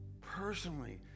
personally